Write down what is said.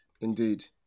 Indeed